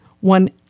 one